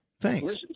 Thanks